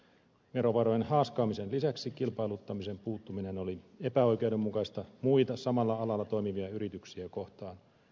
verovarojen haaskaamisen lisäksi kilpailuttamisen puuttuminen oli epäoikeudenmukaista muita samalla alalla toimivia yrityksiä kohtaan